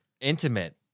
intimate